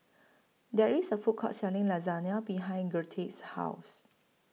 There IS A Food Court Selling Lasagna behind Gerrit's House